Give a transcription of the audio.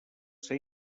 ser